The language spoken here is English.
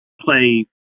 play